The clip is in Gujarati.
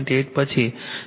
6 છે